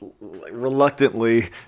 reluctantly